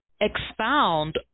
expound